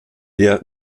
der